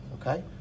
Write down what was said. Okay